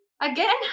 again